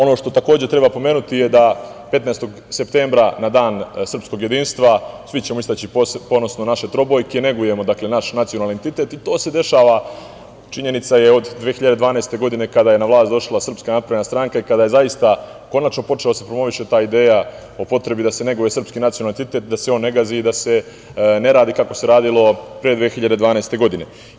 Ono što treba pomenuti je da ćemo svi 15. septembra na Dan srpskog jedinstva istaći ponosno naše trobojke, negujemo naš nacionalni identitet, i to se dešava, činjenica je, od 2012. godine kada je na vlast došla SNS i kada je konačno počela da se promoviše ta ideja o potrebi da se neguje srpski nacionalni identitet, da se on ne gazi i da se ne radi kako se radilo pre 2012. godine.